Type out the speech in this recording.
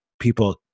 people